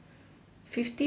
fifty to ninety